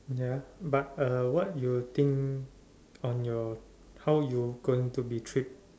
ya but a what you think on your how you going to be trip